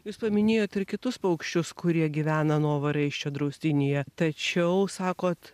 jūs paminėjot ir kitus paukščius kurie gyvena novaraisčio draustinyje tačiau sakot